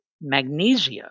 magnesia